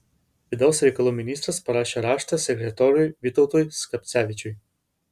vidaus reikalų ministras parašė raštą sekretoriui vytautui skapcevičiui